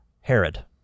Herod